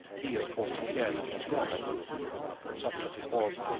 he, of course, declared that it was not but such as it was,